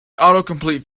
autocomplete